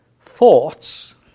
thoughts